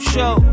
Show